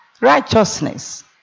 righteousness